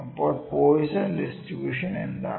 അപ്പോൾ Poisson distribution എന്താണ്